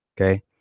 Okay